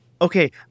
Okay